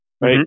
right